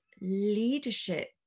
leadership